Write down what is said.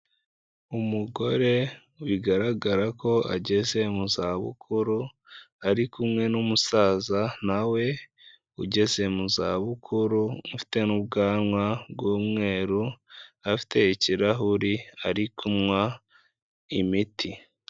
Umugore bigaragara ko ageze mu za bukuru ari kumwe n'umusaza nawe ugeze mu za bukuru, ufite n'ubwanwa bw'umweru afite ikirahuri ari kunywa imiti.